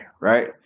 right